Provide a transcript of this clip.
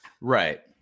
Right